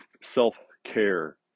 self-care